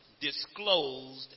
disclosed